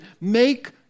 Make